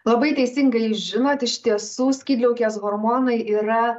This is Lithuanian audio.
labai teisingai žinot iš tiesų skydliaukės hormonai yra